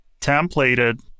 templated